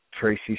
Tracy